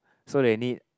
so they need